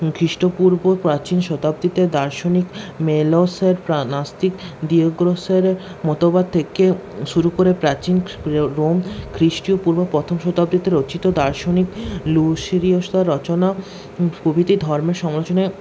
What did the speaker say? খ্রিষ্টপূর্ব প্রাচীন শতাব্দীতে দার্শনিক মেলোসার নাস্তিক মতবাদ থেকে শুরু করে প্রাচীন রোম খ্রীষ্টীয় পূর্ব প্রথম শতাব্দীতে রচিত দার্শনিক রচনা প্রভৃতি ধর্ম সমলোচনায়